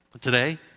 today